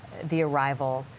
the arrival.